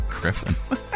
Griffin